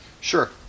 Sure